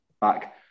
back